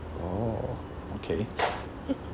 orh okay